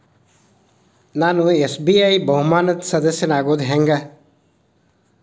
ನಾನು ಎಸ್.ಬಿ.ಐ ಬಹುಮಾನದ್ ಸದಸ್ಯನಾಗೋದ್ ಹೆಂಗ?